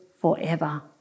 forever